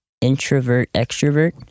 introvert-extrovert